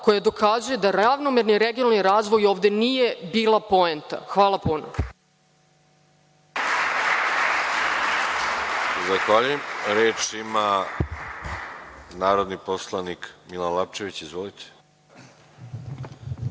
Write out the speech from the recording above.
koja dokazuje da ravnomerni regionalni razvoj ovde nije bila poenta. Hvala puno. **Veroljub Arsić** Reč ima narodni poslanik Milan Lapčević. Izvolite.